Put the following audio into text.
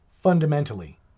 fundamentally